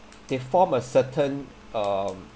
they form a certain um